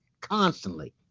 Constantly